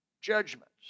judgments